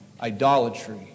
idolatry